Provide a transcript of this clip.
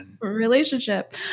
relationship